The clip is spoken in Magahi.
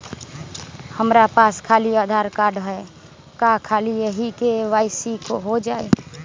हमरा पास खाली आधार कार्ड है, का ख़ाली यही से के.वाई.सी हो जाइ?